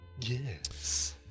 yes